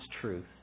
truth